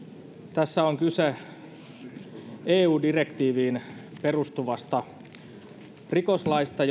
tässä on kyse eu direktiiviin perustuvasta rikoslaista